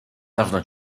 dawno